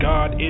God